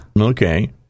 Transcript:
Okay